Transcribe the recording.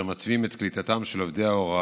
אשר מתווים את קליטתם של עובדי ההוראה,